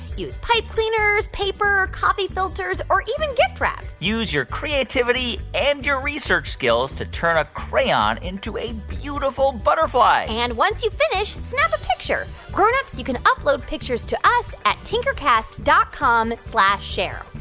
use pipe cleaners, paper, coffee filters or even gift wrap use your creativity and your research skills to turn a crayon into a beautiful butterfly and once you finish, snap a picture. grown-ups, you can upload pictures to us at tinkercast dot com slash share.